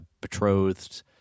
betrothed